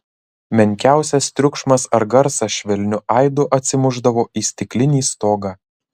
menkiausias triukšmas ar garsas švelniu aidu atsimušdavo į stiklinį stogą